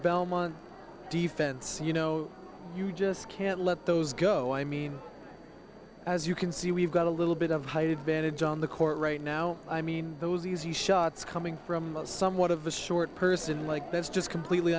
belmont defense you know you just can't let those go i mean as you can see we've got a little bit of height advantage on the court right now i mean those easy shots coming from someone of the short person like that's just completely